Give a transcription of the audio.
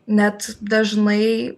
net dažnai